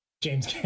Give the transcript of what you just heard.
James